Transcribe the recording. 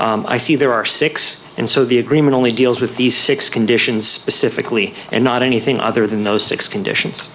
i see there are six and so the agreement only deals with these six conditions pacifically and not anything other than those six conditions